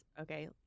Okay